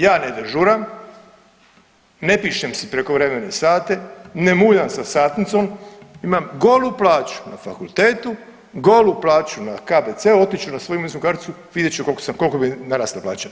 Ja ne dežuram, ne pišem si prekovremene sate, ne muljam sa satnicom imam golu plaću na fakultetu, golu na plaću na KBC-u, otići ću na svoju imovinsku karticu vidjet ću koliko mi je narasla plaća.